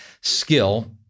skill